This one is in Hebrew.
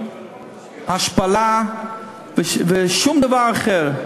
השפלה ושום דבר אחר,